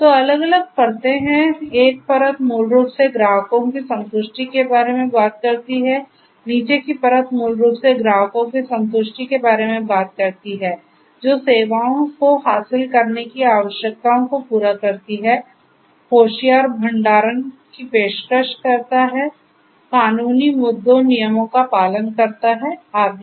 तो अलग अलग परतें हैं एक परत मूल रूप से ग्राहकों की संतुष्टि के बारे में बात करती है नीचे की परत मूल रूप से ग्राहकों की संतुष्टि के बारे में बात करती है जो सेवाओं को हासिल करने की आवश्यकताओं को पूरा करती है होशियार भंडारण की पेशकश करता है कानूनी मुद्दों नियमों का पालन करता है आदि